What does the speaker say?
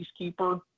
peacekeeper